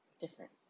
different